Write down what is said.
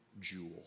jewel